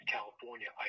California